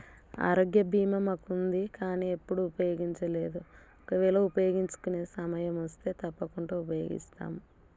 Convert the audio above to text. ఆరోగ్య బీమా మాకుంది కానీ ఎప్పుడు ఉపయోగించలేదు ఒకవేళ ఉపయోగించుకునే సమయమొస్తే తప్పకుండా ఉపయోగిస్తాము